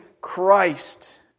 Christ